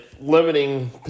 limiting